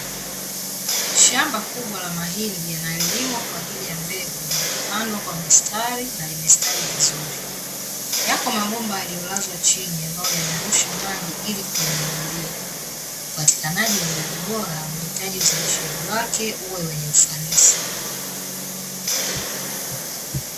Shamba kubwa la mahindi yanayolimwa kwa ajili ya mbegu limepandwa kwa mistari na limestawi vizuri. Yako mabomba yaliyolazwa chini ambayo yanarusha maji ili kuliwagilia. Upatikanaji wa mbegu bora unahitaji uzalishaji wake uwe wenye ufanisi.